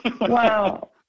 wow